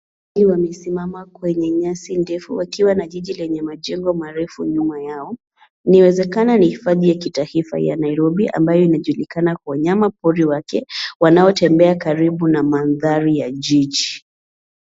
Pundamilia wawili wamesimama kwenye nyasi ndefu wakiwa na jiji yenye majengo marefu nyuma yao. Ikiwezekana ni hifadhi ya kitaifa ya Nairobi ambayo inajulikana kwa wanyama pori wake wanaotembea karibu na mandhari ya jiji.